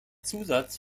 zusatz